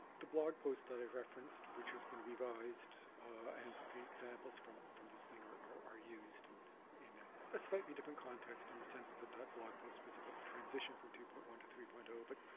the blog post that i've referenced which has been revised and the examples from from this thing are are used and in ah a slightly different context in the sense that that that blog post was about the transition from two point one to three point zero but